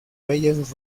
reyes